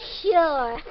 sure